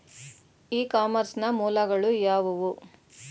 E commerce ನ ಮೂಲಗಳು ಯಾವುವು?